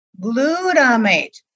glutamate